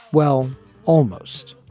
well almost.